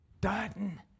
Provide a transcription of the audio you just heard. dutton